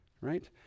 right